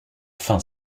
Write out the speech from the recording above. fin